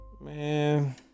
Man